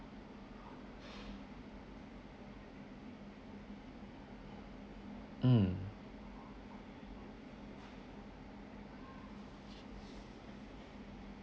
mm